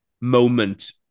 moment